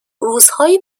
روزهای